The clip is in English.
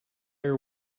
are